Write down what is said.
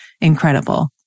incredible